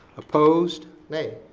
opposed. nay.